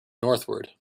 northward